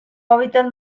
hábitat